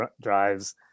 drives